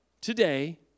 today